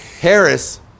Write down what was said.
Harris